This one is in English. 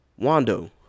Wando